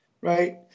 right